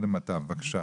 בבקשה.